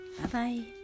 Bye-bye